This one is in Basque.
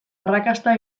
arrakasta